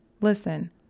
Listen